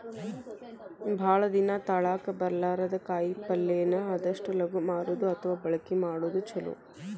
ಭಾಳ ದಿನಾ ತಾಳಕಿ ಬರ್ಲಾರದ ಕಾಯಿಪಲ್ಲೆನ ಆದಷ್ಟ ಲಗು ಮಾರುದು ಅಥವಾ ಬಳಕಿ ಮಾಡುದು ಚುಲೊ